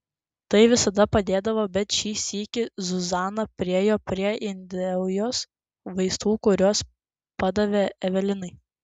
tai visada padėdavo bet šį sykį zuzana priėjo prie indaujos vaistų kuriuos padavė evelinai